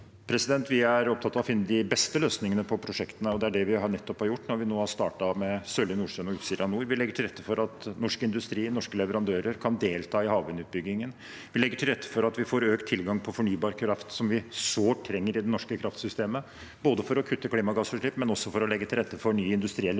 Vi er opptatt av å finne de beste løsningene på prosjektene, og det er det vi har gjort når vi nå har startet med Sørlige Nordsjø og Utsira Nord. Vi legger til rette for at norsk industri, norske leverandører, kan delta i havvindutbyggingen. Vi legger til rette for at vi får økt tilgang på fornybar kraft, som vi sårt trenger i det norske kraftsystemet, både for å kutte klimagassutslipp og for å legge til rette for ny industriell